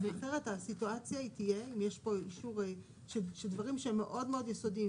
הסיטואציה תהיה שדברים שהם מאוד יסודיים,